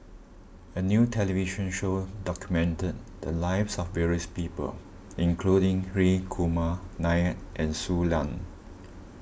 a new television show documented the lives of various people including Hri Kumar Nair and Shui Lan